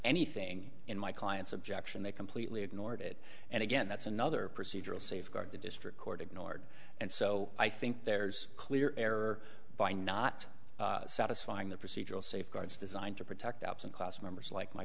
anything in my client's objection they completely ignored it and again that's another procedural safeguard the district court ignored and so i think there's a clear error by not satisfying the procedural safeguards designed to protect absent class members like my